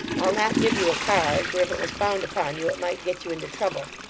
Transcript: i'll not give you a card, for if it was found upon you, it might get you into trouble.